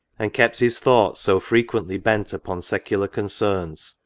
and kept his thoughts so frequently bent upon secular concerns,